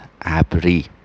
abri